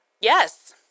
Yes